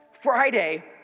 Friday